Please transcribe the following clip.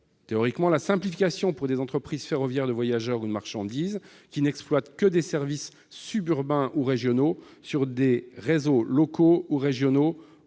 introduire une simplification pour des entreprises ferroviaires de voyageurs ou de marchandises qui n'exploitent que des services suburbains ou régionaux sur des réseaux locaux ou régionaux